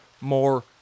more